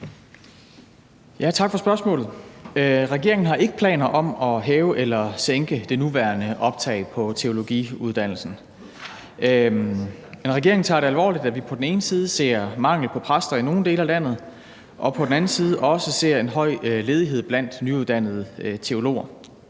Tak for spørgsmålet. Regeringen har ikke planer om at hæve eller sænke det nuværende optag på teologiuddannelsen. Men regeringen tager det alvorligt, at vi på den ene side ser mangel på præster i nogle dele af landet og på den anden side også ser en høj ledighed blandt nyuddannede teologer.